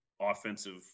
offensive